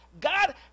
God